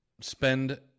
spend